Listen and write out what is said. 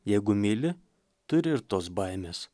jeigu myli turi ir tos baimės